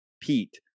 Pete